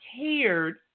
cared